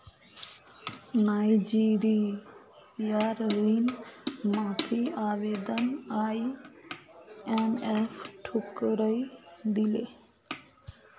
नाइजीरियार ऋण माफी आवेदन आईएमएफ ठुकरइ दिले